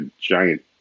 giant